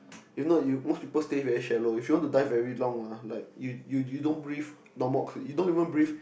you know you most people stay very shallow if you want to dive very long ah like you you you don't breathe normal oxygen you don't even breathe